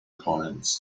coins